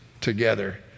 together